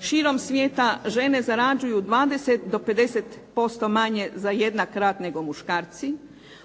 širom svijeta žene zarađuju 20 do 50% manje za jednak rad nego muškarci.